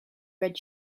red